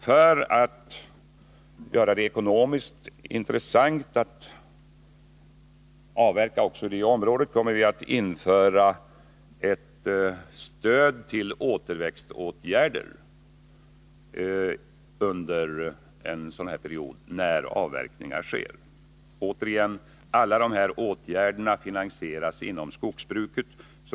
För att göra det ekonomiskt intressant att avverka också i det området kommer vi att införa ett stöd till återväxtåtgärder när avverkningar sker. Återigen: Alla de här åtgärderna finansieras inom skogsbruket.